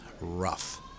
rough